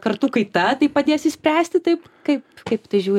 kartų kaita tai padės išspręsti taip kaip kaip į tai žiū